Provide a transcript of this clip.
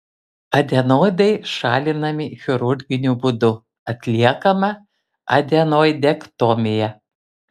adenoidai šalinami chirurginiu būdu atliekama adenoidektomija